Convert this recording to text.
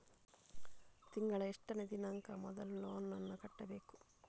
ತಿಂಗಳ ಎಷ್ಟನೇ ದಿನಾಂಕ ಮೊದಲು ಲೋನ್ ನನ್ನ ಕಟ್ಟಬೇಕು?